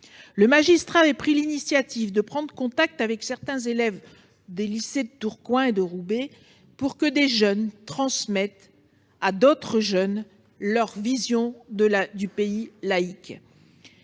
Ce magistrat avait pris l'initiative de nouer le contact avec les élèves des lycées de Tourcoing et de Roubaix pour que des jeunes transmettent à d'autres jeunes leur vision de notre pays laïque.